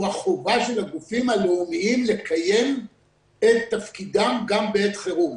החובה של הגופים הלאומיים לקיים את תפקידם גם בעת חירום.